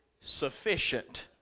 Sufficient